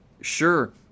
Sure